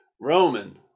Roman